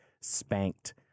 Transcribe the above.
spanked